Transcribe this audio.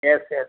yes yes